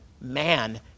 man